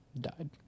Died